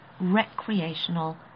recreational